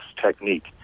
technique